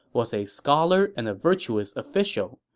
was a scholar and a virtuous official,